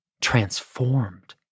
transformed